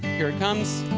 here it comes.